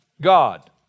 God